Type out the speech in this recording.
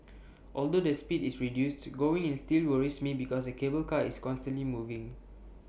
although the speed is reduced going in still worries me because the cable car is constantly moving